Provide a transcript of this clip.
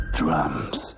drums